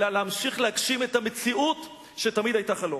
אלא להמשיך להגשים את המציאות שתמיד היתה חלום.